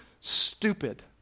stupid